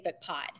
pod